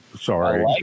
Sorry